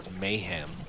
mayhem